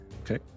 Okay